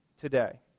today